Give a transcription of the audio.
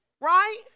right